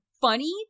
funny